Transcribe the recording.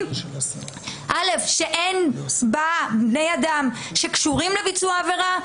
שאין בני אדם שקשורים לביצוע העבירה,